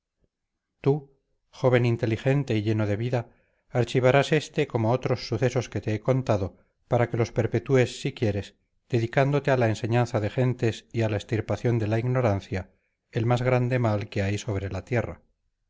tú joven inteligente y lleno de vida archivarás este como otros sucesos que te he contado para que los perpetúes si quieres dedicándote a la enseñanza de gentes y a la extirpación de la ignorancia el más grande mal que hay sobre la tierra